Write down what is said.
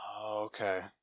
Okay